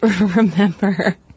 remember